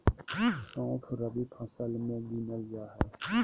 सौंफ रबी फसल मे गिनल जा हय